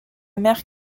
mère